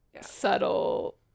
subtle